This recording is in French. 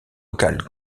locales